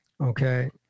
Okay